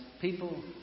people